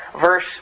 Verse